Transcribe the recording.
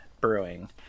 Brewing